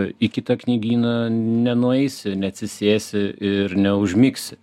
į kitą knygyną nenueisi neatsisėsi ir neužmigsi